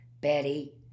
Betty